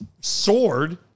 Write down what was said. sword